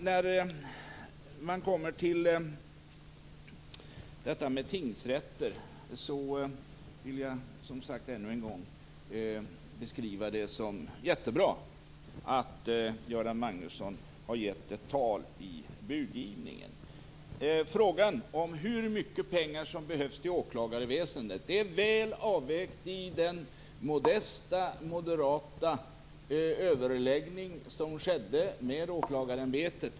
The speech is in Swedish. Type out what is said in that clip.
När vi kommer till detta med tingsrätter vill jag ännu en gång säga att det är jättebra att Göran Magnusson har gett ett tal i budgivningen. Sedan har vi frågan om hur mycket pengar som behövs till åklagarväsendet. Det är väl avvägt i den modesta moderata överläggning som skedde med åklagarämbetet.